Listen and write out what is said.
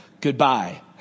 Goodbye